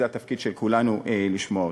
זה התפקיד של כולנו לשמוע אותם.